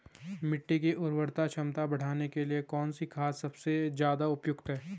मिट्टी की उर्वरा क्षमता बढ़ाने के लिए कौन सी खाद सबसे ज़्यादा उपयुक्त है?